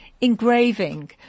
engraving